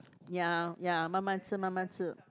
ya ya 慢慢吃慢慢吃